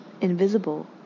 invisible